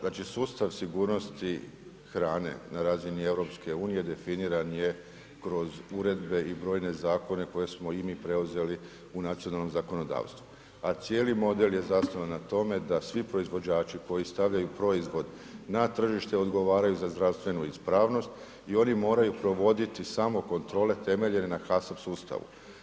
Znači sustav sigurnosti hrane, na razini EU, definiran je kroz uredbe i brojne zakone, koje smo i mi preuzeli, u nacionalnom zakonodavstvu, a cijeli model je zasnivan na tome, da svi proizvođači, koji stavljaju proizvod na tržište, odgovaraju za zdravstvenu ispravnost i oni moraju provoditi samo kontrole temeljen na kaso sustavu.